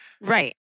right